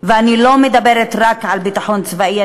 ואני לא מדברת רק על ביטחון צבאי,